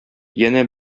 янә